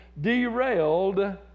derailed